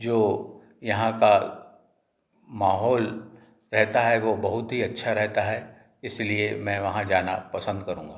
जो यहाँ का माहौल रहता है वो बहुत ही अच्छा रहता है इसीलिए मैं वहाँ जाना पसंद करूँगा